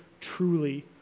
truly